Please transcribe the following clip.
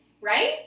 Right